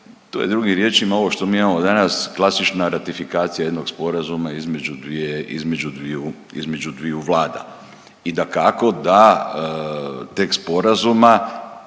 to je drugim riječima ovo što mi imamo danas klasična ratifikacija jednog sporazuma između dvije, između dviju, između